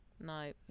No